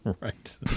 Right